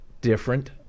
different